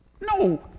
No